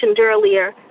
earlier